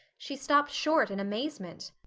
she stopped short in amazement.